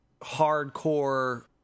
hardcore